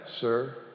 sir